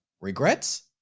Regrets